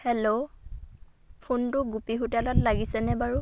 hello ফোনটো গোপী হোটেলত লাগিছেনে বাৰু